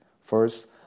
First